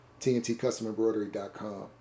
tntcustomembroidery.com